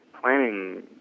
planning